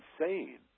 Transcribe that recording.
insane